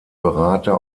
berater